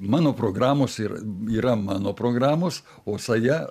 mano programos ir yra mano programos o saja